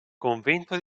convento